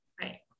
Right